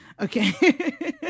Okay